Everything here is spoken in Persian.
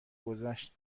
گذشت